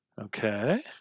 Okay